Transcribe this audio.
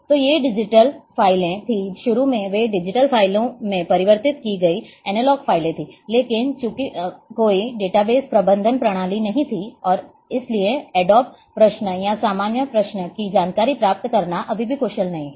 तो ये डिजिटल फाइलें थीं शुरू में वे डिजिटल फाइलों में परिवर्तित की गई एनालॉग फाइलें थीं लेकिन चूंकि कोई डेटाबेस प्रबंधन प्रणाली नहीं थी और इसलिए एडोब प्रश्न या सामान्य प्रश्न की जानकारी प्राप्त करना अभी भी कुशल नहीं है